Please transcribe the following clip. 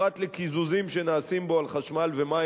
פרט לקיזוזים שנעשים בו על חשמל ומים